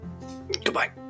goodbye